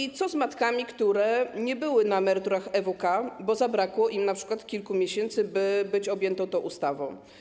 I co z matkami, które nie były na emeryturach EWK, bo zabrakło im np. kilku miesięcy, by być objętymi tą ustawą?